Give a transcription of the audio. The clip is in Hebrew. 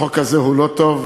החוק הזה הוא לא טוב,